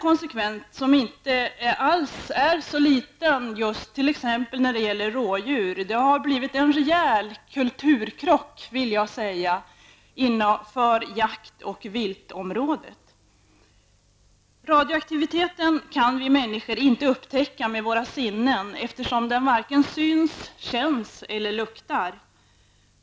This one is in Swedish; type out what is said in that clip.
Konsekvensen blir inte så liten beträffande t.ex. rådjur. Jag vill påstå att det har blivit en rejäl kulturkrock på jakt och viltområdet. Radioaktiviteten kan vi människor inte upptäcka med våra sinnen, eftersom den inte syns, känns eller luktar.